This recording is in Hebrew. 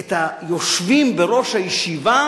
את היושבים בראש הישיבה,